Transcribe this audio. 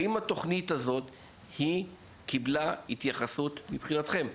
האם התוכנית הזאת קיבלה התייחסות מבחינתכם?